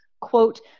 Quote